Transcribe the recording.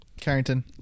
Carrington